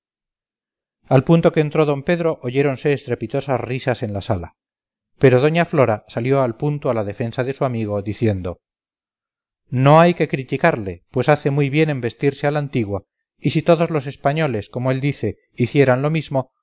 al punto que entró d pedro oyéronse estrepitosas risas en la sala pero doña flora salió al punto a la defensa de su amigo diciendo no hay que criticarle pues hace muy bien en vestirse a la antigua y si todos los españoles como él dice hicieran lo mismo